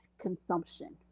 consumption